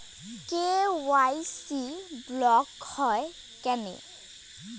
KYC block হয় কেনে?